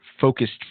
focused